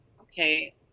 okay